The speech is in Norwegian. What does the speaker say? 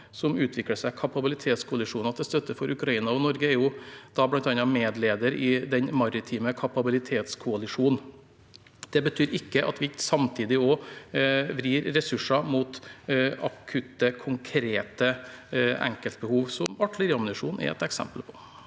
som utvikler seg, kapabilitetskoalisjoner til støtte for Ukraina. Norge er bl.a. medleder i den maritime kapabilitetskoalisjonen. Det betyr ikke at vi ikke samtidig også vrir ressurser mot akutte, konkrete enkeltbehov, som artilleriammunisjon er et eksempel på.